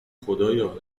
خدایا